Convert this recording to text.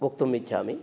वक्तुमिच्छामि